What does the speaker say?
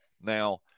Now